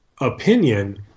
opinion